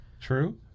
True